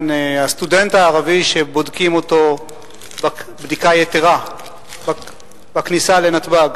הסטודנט הערבי שבודקים אותו בדיקה יתירה בכניסה לנתב"ג,